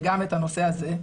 וגם את הנושא הזה,